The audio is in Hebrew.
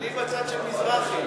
אני בצד של מזרחי.